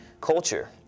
culture